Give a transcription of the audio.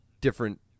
different